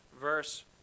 verse